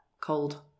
cold